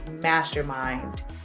mastermind